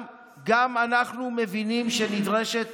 גם אנחנו מבינים שנדרשת